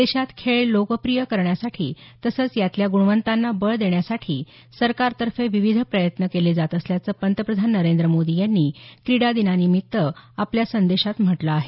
देशात खेळ लोकप्रिय करण्यासाठी तसंच यातल्या गुणवंतांना बळ देण्यासाठी सरकारतर्फे विविध प्रयत्न केले जात असल्याचं पंतप्रधान नरेंद्र मोदी यांनी क्रीडा दिनानिमित्तच्या आपल्या संदेशात म्हटलं आहे